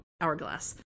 Hourglass